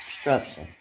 structure